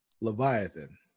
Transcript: Leviathan